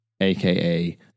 aka